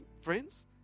friends